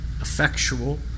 effectual